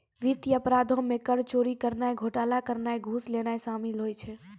वित्तीय अपराधो मे कर चोरी करनाय, घोटाला करनाय या घूस लेनाय शामिल होय छै